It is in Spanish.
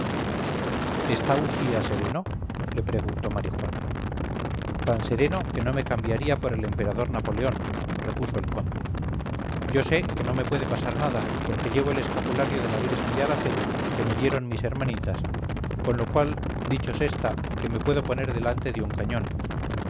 está usía sereno le preguntó marijuán tan sereno que no me cambiaría por el emperador napoleón repuso el conde yo sé que no me puede pasar nada porque llevo el escapulario de la virgen de araceli que me dieron mis hermanitas con lo cual dicho se está que me puedo poner delante de un cañón